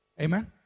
Amen